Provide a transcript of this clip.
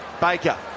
baker